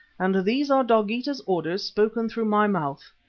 and these are dogeetah's orders spoken through my mouth.